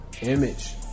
image